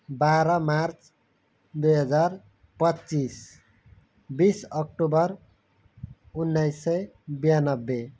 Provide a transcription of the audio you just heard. बाह्र मार्च दुई हजार पच्चिस बिस अक्टोबर उन्नाइस सय ब्यानब्बे